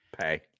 Pay